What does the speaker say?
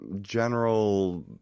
General